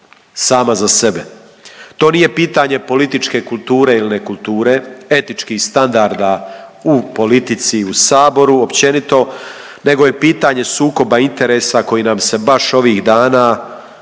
sama za sebe. To nije pitanje političke kulture ili nekulture, etičkih standarda u politici i u saboru općenito, nego je pitanje sukoba interesa koji nam se baš ovih dana